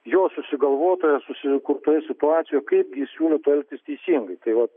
jo susigalvotoje susikurtoje situacijoje kaipgi jis siūlytų elgtis teisingai tai vat